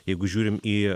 jeigu žiūrim į